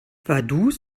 vaduz